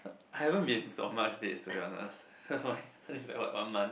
I haven't been on much dates to be honest this is like what one month